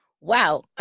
Wow